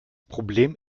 problem